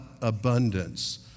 abundance